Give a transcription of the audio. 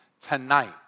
tonight